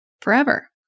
forever